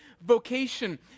vocation